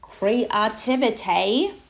creativity